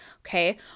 okay